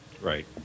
Right